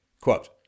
Quote